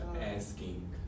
asking